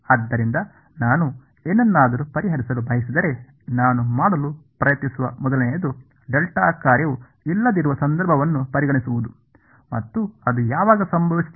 ಆದ್ದರಿಂದ ನಾನು ಏನನ್ನಾದರೂ ಪರಿಹರಿಸಲು ಬಯಸಿದರೆ ನಾನು ಮಾಡಲು ಪ್ರಯತ್ನಿಸುವ ಮೊದಲನೆಯದು ಡೆಲ್ಟಾ ಕಾರ್ಯವು ಇಲ್ಲದಿರುವ ಸಂದರ್ಭವನ್ನು ಪರಿಗಣಿಸುವುದು ಮತ್ತು ಅದು ಯಾವಾಗ ಸಂಭವಿಸುತ್ತದೆ